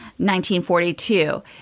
1942